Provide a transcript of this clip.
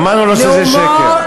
אמרנו לו שזה שקר.